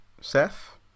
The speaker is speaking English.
Seth